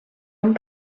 amb